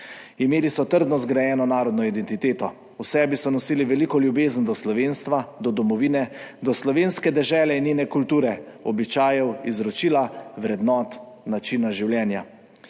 Imeli so trdno zgrajeno narodno identiteto, v sebi so nosili veliko ljubezen do slovenstva, do domovine, do slovenske dežele in njene kulture, običajev, izročila, vrednot, načina življenja.